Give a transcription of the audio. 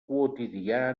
quotidià